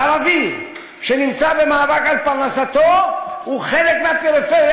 ערבי שנמצא במאבק על פרנסתו הוא חלק מהפריפריה